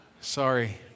Sorry